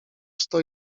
sto